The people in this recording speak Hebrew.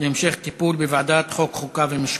להמשך טיפול בוועדת החוקה, חוק ומשפט.